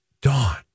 Dawn